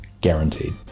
guaranteed